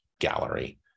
gallery